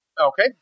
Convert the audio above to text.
Okay